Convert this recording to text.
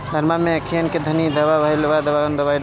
धनवा मै अखियन के खानि धबा भयीलबा कौन दवाई डाले?